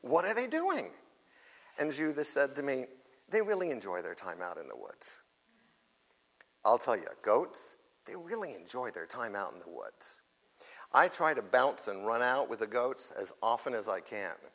what are they doing and you this said to me they really enjoy their time out in the woods i'll tell you they really enjoy their time out in the woods i try to balance and run out with the goats as often as i can